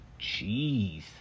jeez